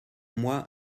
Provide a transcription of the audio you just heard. moi